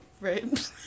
right